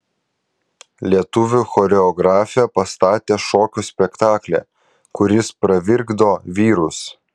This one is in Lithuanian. lietuvių choreografė pastatė šokio spektaklį kuris pravirkdo vyrus